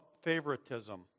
favoritism